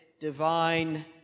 divine